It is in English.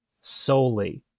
solely